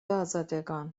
آزادگان